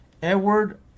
Edward